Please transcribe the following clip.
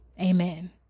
Amen